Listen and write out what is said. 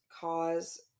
cause